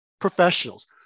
professionals